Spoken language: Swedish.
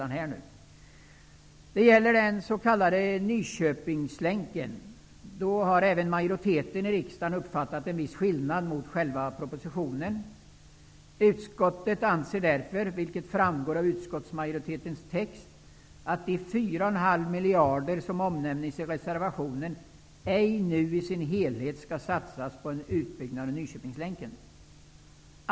När det gäller Nyköpingslänken har även majoriteten i riksdagen till viss del avvikit från själva propositionen. Utskottet anser därför, vilket framgår av utskottsmajoritetens text, att de 4,5 miljarder som omnämnes i reservationen ej i sin helhet nu skall satsas på en utbyggnad av Nyköpingslänken.